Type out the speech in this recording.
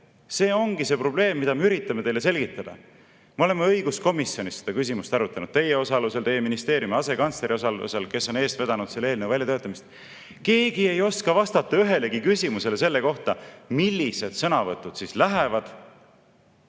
See ongi see probleem, mida me üritame teile selgitada.Me oleme õiguskomisjonis seda küsimust arutanud teie osalusel, teie ministeeriumi asekantsleri osalusel, kes on eest vedanud selle eelnõu väljatöötamist. Keegi ei oska vastata ühelegi küsimusele selle kohta, millised sõnavõtud lähevad